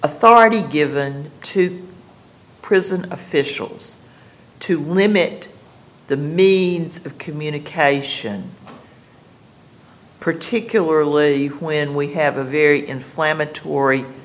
authority given to prison officials to limit the means of communication particularly when we have a very inflammatory